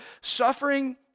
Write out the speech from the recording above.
Suffering